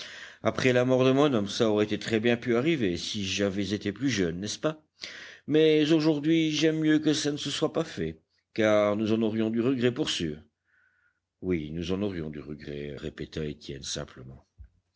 après la mort de mon homme ça aurait très bien pu arriver si j'avais été plus jeune n'est-ce pas mais aujourd'hui j'aime mieux que ça ne se soit pas fait car nous en aurions du regret pour sûr oui nous en aurions du regret répéta étienne simplement